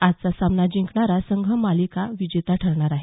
आजचा सामना जिंकणारा संघ मालिका विजेताही ठरणार आहे